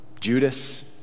Judas